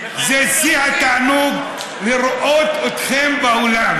זה שיא התענוג לראות אתכם באולם.